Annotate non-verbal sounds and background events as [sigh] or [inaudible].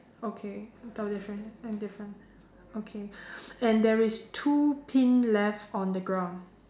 okay that is the difference I'm different okay [breath] and there is two pin left on the ground